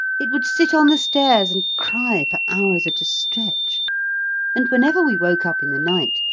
it would sit on the stairs and cry for hours at a stretch and, whenever we woke up in the night,